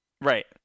Right